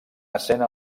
escena